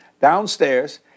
downstairs